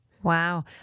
Wow